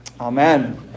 Amen